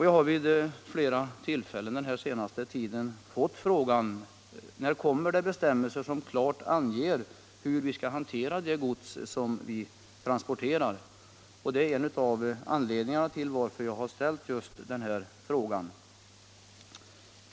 Jag har vid flera tillfällen under den senaste tiden fått frågan: ”När kommer det bestämmelser som klart anger hur vi skall hantera det gods som vi transporterar?” Det är en av an ledningarna till att jag ställt just den här frågan.